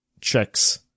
checks